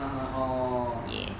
uh orh